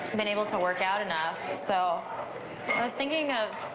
been able to work out enough. so i was thinking of,